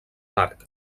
marc